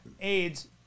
AIDS